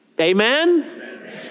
Amen